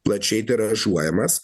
plačiai tiražuojamas